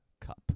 cup